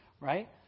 right